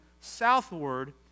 southward